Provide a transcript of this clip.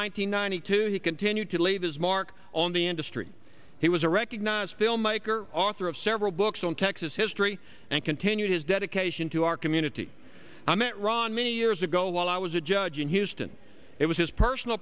hundred ninety two he continued to leave his mark on the industry he was a recognized filmmaker author of several books on texas history and continue his dedication to our community i met ron many years ago while i was a judge in houston it was his personal